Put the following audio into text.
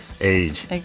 age